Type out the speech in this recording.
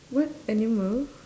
what animal